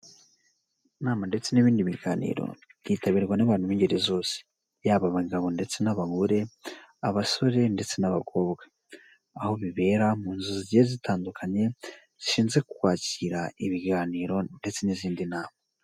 Inama ndetse n'ibindi biganiro byitabirwa n'abantu b'ingeri zose, yaba abagabo ndetse n'abagore, abasore ndetse n'abakobwa, aho bibera mu nzu zitandukanye zishinzwe kwakira ibiganiro ndetse n'izindi nama.